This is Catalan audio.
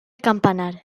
campanar